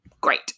great